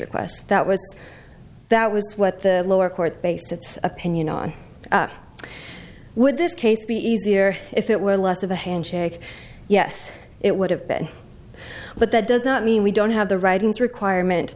request that was that was what the lower court base its opinion on would this case be easier if it were less of a handshake yes it would have been but that does not mean we don't have the writings requirement